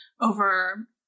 over